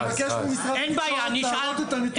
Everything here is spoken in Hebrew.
אני מבקש ממשרד התקשורת להראות את הנתונים האמיתיים,